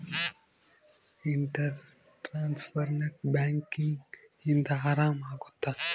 inter transfer net banking ಇಂದ ಆರಾಮ ಅಗುತ್ತ